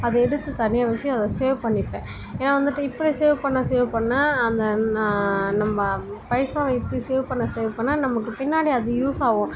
அதை எடுத்து தனியாக வச்சு அதை சேவ் பண்ணிப்பேன் ஏன்னால் வந்துட்டு இப்படி சேவ் பண்ண சேவ் பண்ண அந்த நா நம்ம பைசாவை இப்படி சேவ் பண்ண சேவ் பண்ண நமக்கு பின்னாடி அது யூஸ்ஸாகும்